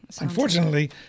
unfortunately